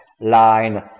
line